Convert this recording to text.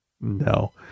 No